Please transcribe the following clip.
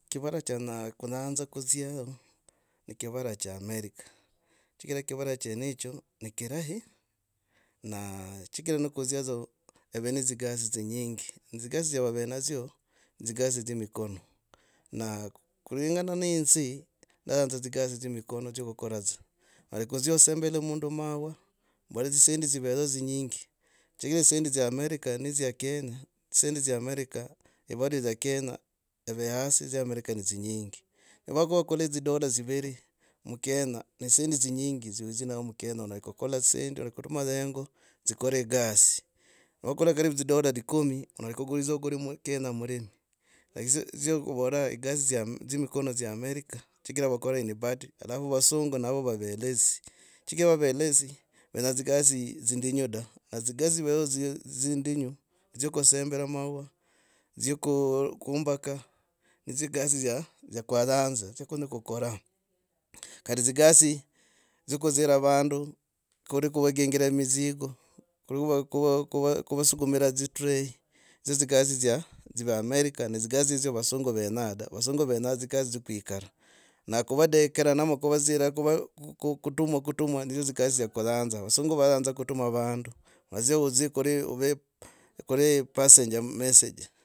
Kivara cha nya kuyanza kudzia ni kivara cha america. Chigira kivara chenecho ni kirahi naa chigira ni kudzia dza ive nedzi gasi dzinyingi. Dzikasi dzya ive nadzyo dzikasi dzye emikono. Naa kulingana ne inze ndanyanza tsigasi dzya emikono dzya kukoza dza. Nali kudzia osembele mundum aua mbola dzisendi dziveo dzinyingi chigira dzisendi dzya america ni dzya kenya dzisendi dzya america ni vali dzya kenya ive hasi dzya america nidzinyingi. Ni vakwa kuri dzi dollar dzi viri mukenya ne dzisendi dzinyingi dzya midzi nazdyo mukenya onyola kukola onyela kutuma hengo dzigore gasi. Wakakula karibu dzi dollar dzi kumi onyela kuguriza okuli kenya mulimi lakini dzya. dzya kuvora gasi dzya mikono dzya america chigira vakora in party alafu vasungu navo vavelazy. Chigira vave lazy venya dzikazi dzindinyu da. Egasi ev dzindinyu, dzyo kusembera maua. Ku kumbaka dzigasi dzya kwanyanza dzgo kwenya kukora kari kuri kuva, kuvasukumira dzi tray nidzyo dzigasi dzya dzive america ne dzigasi hizo vasungu venya dzigasi dzyo kwikara na kovadekra na kovadzira. kutumwa. kutumwa nidzyo nidzyo dzya kwanyanza. Vasungu vayanza kutumua vandu vadzie kudzi kuri ove kuri passenger message.